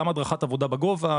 גם הדרכת עבודה בגובה,